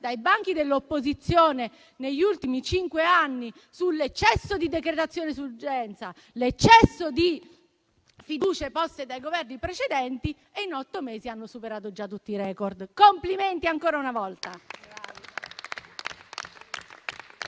dai banchi dell'opposizione negli ultimi cinque anni sull'eccesso di decretazione d'urgenza e l'eccesso di fiducie poste dai governi precedenti e in otto mesi ha superato già tutti i record. Complimenti ancora una volta.